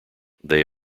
they